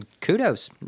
kudos